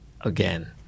again